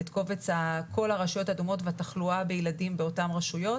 את קובץ כל הרשויות האדומות והתחלואה בילדים באותן רשויות